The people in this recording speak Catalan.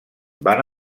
van